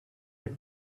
let